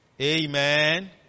Amen